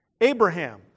Abraham